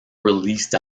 released